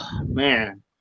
Man